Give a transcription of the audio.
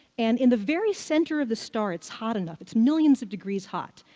and in the very center of the star, it's hot enough it's millions of degrees hot,